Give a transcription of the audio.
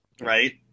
Right